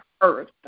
earth